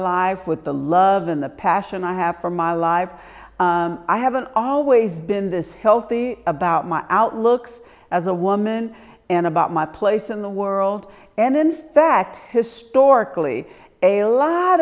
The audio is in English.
life with the love and the passion i have for my life i haven't always been this healthy about my outlooks as a woman and about my place in the world and in fact historically a lot